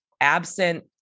absent